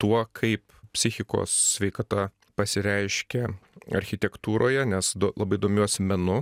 tuo kaip psichikos sveikata pasireiškia architektūroje nes labai domiuosi menu